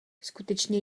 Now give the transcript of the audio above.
skutečně